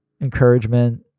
encouragement